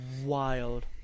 wild